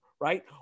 right